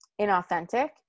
inauthentic